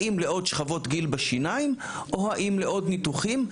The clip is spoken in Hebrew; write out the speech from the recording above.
האם לעוד שכבות גיל בשיניים או האם לעוד ניתוחים?